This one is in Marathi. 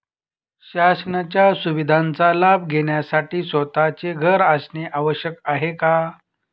शासनाच्या सुविधांचा लाभ घेण्यासाठी स्वतःचे घर असणे आवश्यक आहे का?